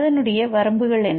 அதனுடைய வரம்புகள் என்ன